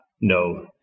No